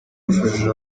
yafashije